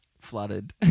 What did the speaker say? flooded